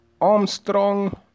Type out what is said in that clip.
Armstrong